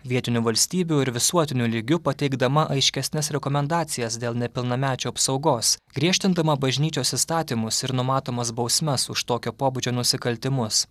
vietinių valstybių ir visuotiniu lygiu pateikdama aiškesnes rekomendacijas dėl nepilnamečių apsaugos griežtindama bažnyčios įstatymus ir numatomas bausmes už tokio pobūdžio nusikaltimus